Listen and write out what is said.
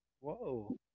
Whoa